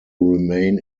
remain